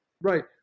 Right